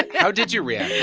how did you react?